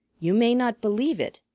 you may not believe it,